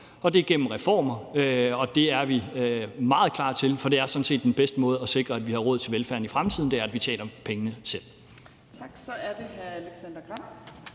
og det er igennem reformer, og det er vi meget klar til, for det er sådan set den bedste måde at sikre, at vi har råd til velfærden i fremtiden, nemlig at vi tjener pengene selv.